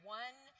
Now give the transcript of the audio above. one